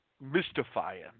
mystifying